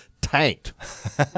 tanked